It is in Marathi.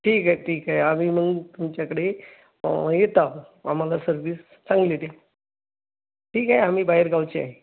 ठीक आहे ठीक आहे आम्ही मग तुमच्याकडे येत आहोत आम्हाला सर्विस चांगली द्या ठीक आहे आम्ही बाहेरगावचे आहे